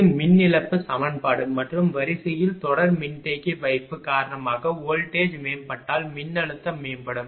இது மின் இழப்பு சமன்பாடு மற்றும் வரிசையில் தொடர் மின்தேக்கி வைப்பு காரணமாக வோல்டேஜ் மேம்பட்டால் மின்னழுத்தம் மேம்படும்